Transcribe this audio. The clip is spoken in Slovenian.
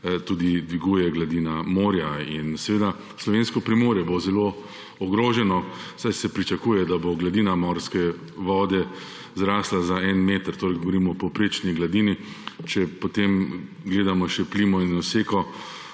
tudi dviguje gladina morja. Slovensko primorje bo zelo ogroženo, saj se pričakuje, da bo gladina morske vode zrasla za en meter, torej govorimo o povprečni gladini, če potem gledamo še plimo in oseko,